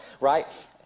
right